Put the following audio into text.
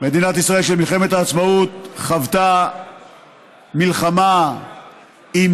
מדינת ישראל של מלחמת העצמאות חוותה מלחמה עם